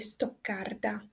Stoccarda